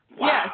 Yes